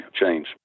change